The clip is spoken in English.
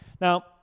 Now